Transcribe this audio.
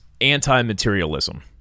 anti-materialism